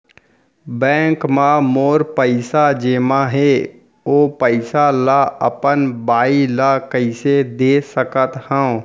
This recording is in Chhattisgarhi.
बैंक म मोर पइसा जेमा हे, ओ पइसा ला अपन बाई ला कइसे दे सकत हव?